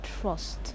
trust